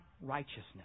righteousness